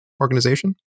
organization